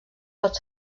pot